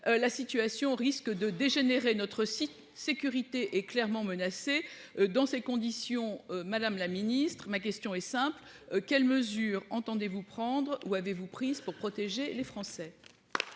la situation risque de dégénérer. Notre sécurité est clairement menacée. Dans ces conditions, madame la secrétaire d'État, ma question est simple : quelles mesures entendez-vous prendre ou avez-vous déjà prises pour protéger les Français ?